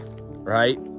right